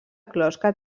closca